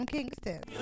Kingston